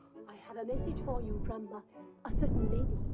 i have a message for you from ah a certain lady.